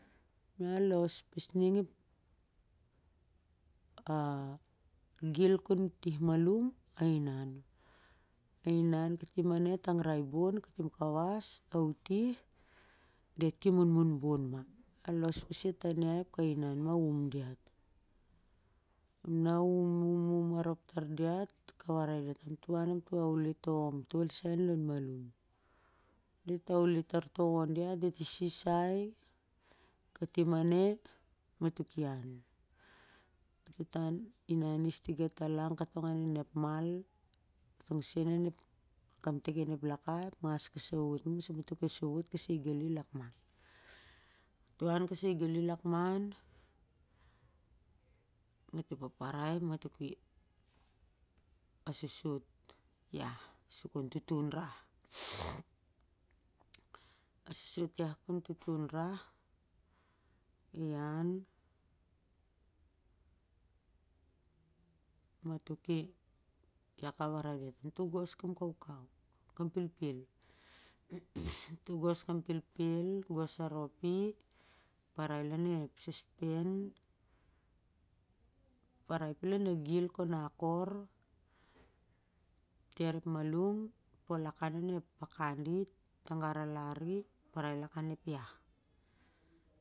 Na los pas ning a gil kon utih malum a inan a inan katim ane a tangrai bon katim kawas a utih diat ki munmun bon ma a los pasi a tan iai ap ka inan ma aum diat, na um, um arop tar diat ka warai diat ap toh inan ap toh awele toh omtol sailon malum diat awele tar toh on diat, diat isis sai katim a ne mato ki an matoh tan inan is tiga talang ka tong a nen ep mal an kaptiken ep lak ep ingas a digan kon sowot kasai gali an lakman kon sowot kasai gali an lakman ma toh an kasai gali an lakman matoh paparai ma toh ki a sosot iah kon tutun rah, a sosot iah kon tutun rah ian ia ka warai diat ap to gos kam kaukau kam pelpel to gos pelpel kon akor ter ep malum pol alar i on ta pakah i lon ep iah.